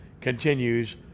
continues